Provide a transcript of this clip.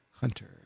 Hunter